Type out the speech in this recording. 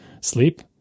sleep